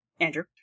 Andrew